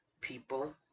people